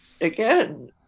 again